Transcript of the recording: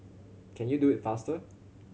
can you do it faster